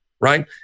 right